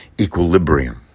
equilibrium